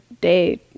day